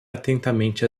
atentamente